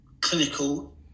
clinical